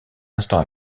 instant